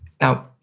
Now